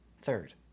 Third